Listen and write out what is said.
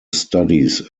studies